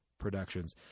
productions